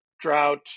drought